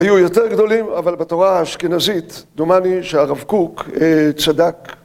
היו יותר גדולים, אבל בתורה האשכנזית דומני שהרב קוק צדק.